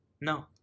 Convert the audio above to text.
No